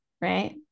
right